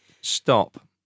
Stop